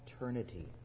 eternity